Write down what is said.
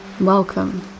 welcome